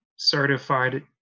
certified